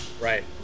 Right